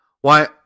Why